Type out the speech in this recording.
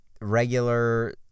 regular